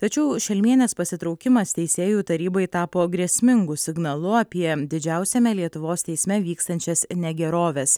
tačiau šelmienės pasitraukimas teisėjų tarybai tapo grėsmingu signalu apie didžiausiame lietuvos teisme vykstančias negeroves